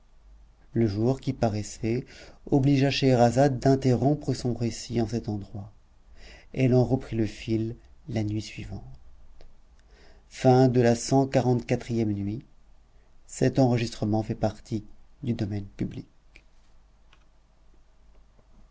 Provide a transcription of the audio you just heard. le jour qui paraissait obligea scheherazade d'interrompre son récit en cet endroit elle en reprit le fil la nuit suivante cxlv nuit